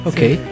Okay